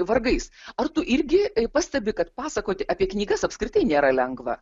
vargais ar tu irgi pastebi kad pasakoti apie knygas apskritai nėra lengva